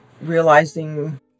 realizing